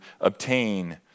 obtain